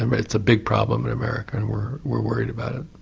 and but it's a big problem in america and we're we're worried about it.